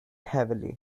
heavily